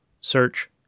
Search